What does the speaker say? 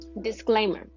disclaimer